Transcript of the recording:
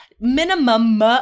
Minimum